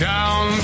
Down